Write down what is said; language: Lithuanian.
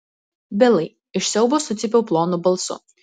bilai iš siaubo sucypiau plonu balsu